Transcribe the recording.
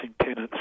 tenants